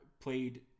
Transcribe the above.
played